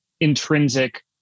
intrinsic